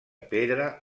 pedra